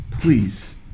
please